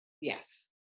Yes